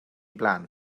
blaen